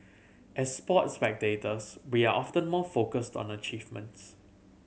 as sports spectators we are often more focused on achievements